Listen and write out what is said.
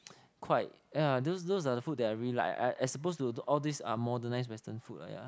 quite yeah those those are the food that I really like as as opposed to all these modernised western food ah yeah